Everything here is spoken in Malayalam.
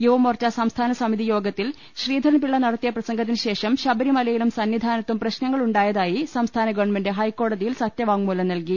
യുവ മോർച്ച സംസ്ഥാനി സമിതി യോഗത്തിൽ ശ്രീധരൻപിള്ള നടത്തിയ പ്രസംഗ ത്തിന് ശേഷം ശബരിമലയിലും സന്നിധാനത്തും പ്രശ്നങ്ങളുണ്ടായതായി സംസ്ഥാന ഗവൺമെന്റ് ഹൈക്കോടതിയിൽ സത്യവാങ്മൂലം നൽകി